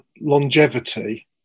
longevity